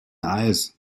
eis